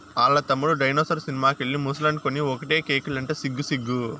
ఆల్ల తమ్ముడు dinosaur cinema కెళ్ళి ముసలనుకొని ఒకటే కేకలంట సిగ్గు సిగ్గు